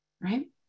Right